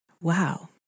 wow